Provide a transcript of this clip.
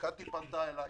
שקטי פנתה אליי